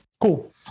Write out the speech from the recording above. cool